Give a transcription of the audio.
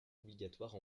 obligatoire